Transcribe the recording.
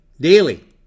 daily